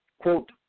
quote